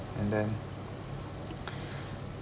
and then